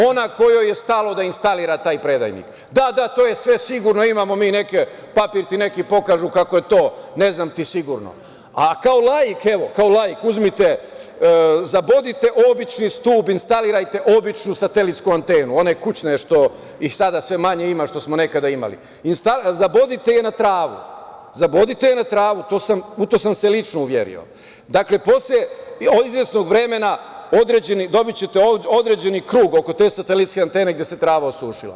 Ona kojoj je stalo da instalira taj predajnik, da, da, sve je to sigurno, pa ti pokažu neki papir kako je to sve, ne znam ti sigurno, ali kao laik, uzmite, zabodite običan stub i instalirajte običnu satelitsku antenu one što ih sada sve manje ima, što smo nekada svi imali, instalirajte je i zabodite na travu, u to sam se lično uverio, dakle, posle izvesnog vremena, dobićete određeni krug oko te satelitske antene gde se trava osušila.